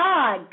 God